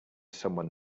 someone